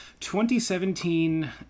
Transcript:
2017